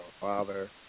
father